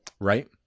Right